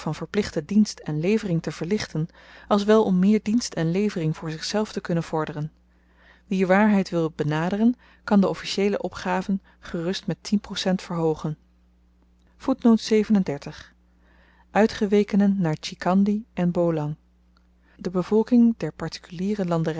verplichte dienst en levering te verligten als wel om meer dienst en levering voor zichzelf te kunnen vorderen wie waarheid wil benaderen kan de officieele opgaven gerust met percent verhoogen uitgewekenen naar tjikandi en bolang de bevolking der partikuliere landeryen